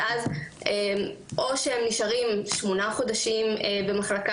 ואז או שהם נשארים שמונה חודשים במחלקה